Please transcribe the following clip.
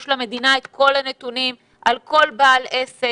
למדינה יש את כל הנתונים על כל בעל עסק.